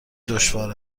دشوار